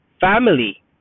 family